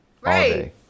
Right